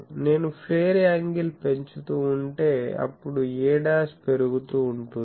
నేను player angle పెంచుతూ ఉంటే అప్పుడు a పెరుగుతూ ఉంటుంది